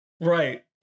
Right